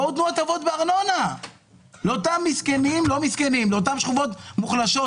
בואו תנו הטבות בארנונה לאותן שכבות מוחלשות,